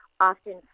often